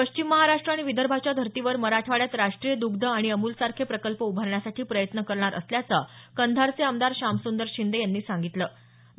पश्चिम महाराष्ट्र आणि विदर्भाच्या धर्तीवर मराठवाड्यात राष्ट्रीय दुग्ध आणि अमूल सारखे प्रकल्प उभारण्यासाठी प्रयत्न करणार असल्याचं कंधारचे आमदार शामसंदर शिंदे यांनी सांगितलं आहे